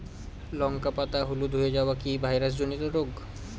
লঙ্কা পাতা হলুদ হয়ে যাওয়া কি ভাইরাস জনিত রোগ?